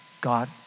God